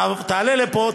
תעלה לפה,